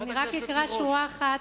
אני רק אקרא שורה אחת,